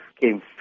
came